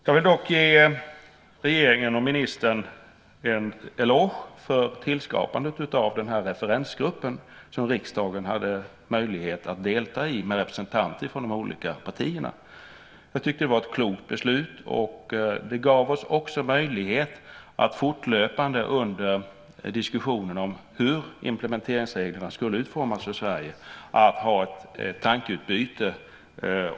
Jag vill dock ge regeringen och ministern en eloge för tillskapandet av den referensgrupp som riksdagen hade möjlighet att delta i med representanter från de olika partierna. Jag tyckte att det var ett klokt beslut. Det gav oss också möjlighet att fortlöpande under diskussionen om hur implementeringsreglerna skulle utformas för Sverige ha ett tankeutbyte.